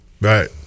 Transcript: right